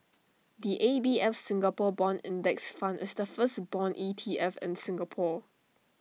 the A B F Singapore Bond index fund is the first Bond E T F in Singapore